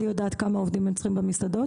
אני יודעת כמה עובדים הם צריכים במסעדות?